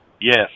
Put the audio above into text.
Yes